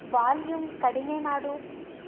volume ಕಡಿಮೆ ಮಾಡು